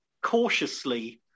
cautiously